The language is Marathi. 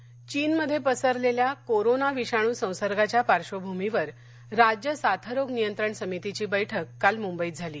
कोरोना विषाण् चीनमध्ये पसरलेल्या कोरोना विषाणू संसर्गाच्या पार्वभूमीवर राज्य साथरोग नियंत्रण समितीची बैठक काल मुंबईत झाली